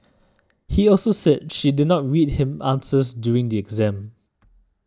he also said she did not read him answers during the exams